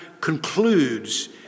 concludes